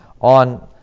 on